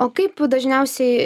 o kaip dažniausiai